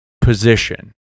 position